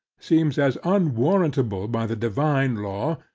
seems as unwarrantable by the divine law,